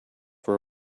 for